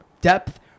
Depth